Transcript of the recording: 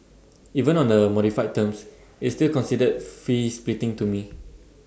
even on the modified terms it's still considered fee splitting to me